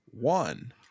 one